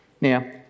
Now